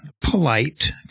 polite